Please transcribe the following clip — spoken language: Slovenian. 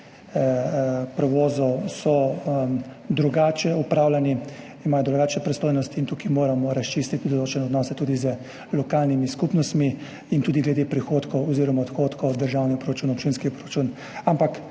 drugače upravljani, imajo drugačne pristojnosti, in tukaj moramo razčistiti določene odnose tudi z lokalnimi skupnostmi in tudi glede prihodkov oziroma odhodkov v državni proračun, občinski proračun. Ampak